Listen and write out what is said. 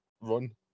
run